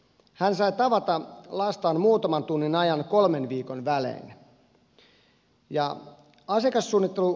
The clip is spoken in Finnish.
hän sai tavata lastaan muutaman tunnin ajan kolmen viikon välein